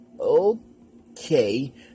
Okay